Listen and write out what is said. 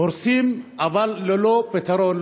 הורסים, אבל ללא פתרון.